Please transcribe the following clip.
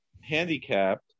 handicapped